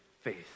faith